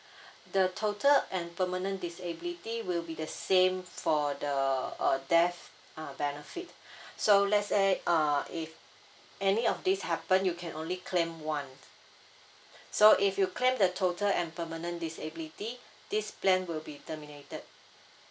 the total and permanent disability will be the same for the uh death uh benefit so let's say uh if any of this happen you can only claim one so if you claim the total and permanent disability this plan will be terminated